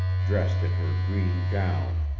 dressed in her green gown,